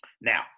Now